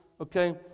okay